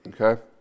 Okay